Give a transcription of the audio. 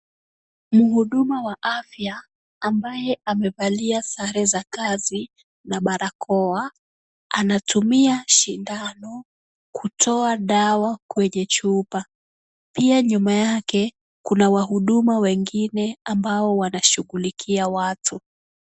Mhuduma wa afya, ambaye amevalia sare za kazi na barakoa, anatumia sindano kutoa dawa kwenye chupa. Pia nyuma yake, kuna wahuduma wengine ambao wanashughulikia watu.